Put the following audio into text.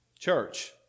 Church